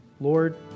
Lord